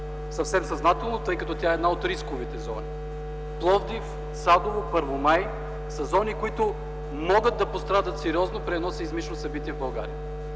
съвсем съзнателно, тъй като тя е една от рисковите зони. Пловдив, Садово, Първомай, са зони, които могат да пострадат сериозно при едно сеизмично събитие в България.